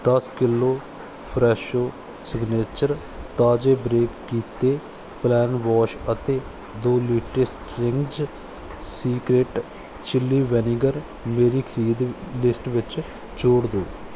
ਦਸ kilo Fresho signature ਤਾਜ਼ੇ baked ਕੀਤੇ ਪਲੇਨ ਲਾਵਾਸ਼ ਅਤੇ ਦੋ litre Ching's secret chilli vinegar ਮੇਰੀ ਖਰੀਦੀ ਲਿਸਟ ਵਿੱਚ ਜੋੜ ਦੋ